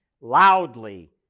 loudly